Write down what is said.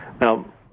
Now